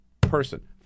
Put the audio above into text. person